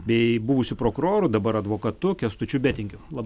bei buvusiu prokuroru dabar advokatu kęstučiu betingiu labą